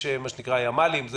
יש מה שנקרא ימ"לים,